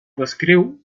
descriu